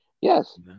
Yes